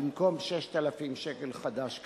במקום 6,000 שקל חדש כיום.